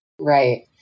Right